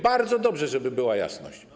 Bardzo dobrze, żeby była jasność.